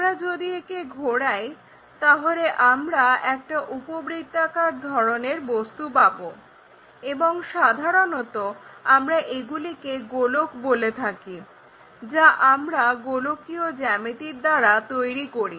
আমরা যদি একে ঘোরাই তাহলে আমরা একটা উপবৃত্তাকার ধরনের বস্তু পাবো এবং সাধারণত আমরা এগুলিকে গোলক বলে থাকি যা আমরা গোলকীয় জ্যামিতির দ্বারা তৈরি করি